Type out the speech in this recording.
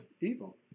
evil